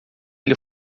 ele